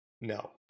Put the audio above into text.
No